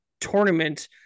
tournament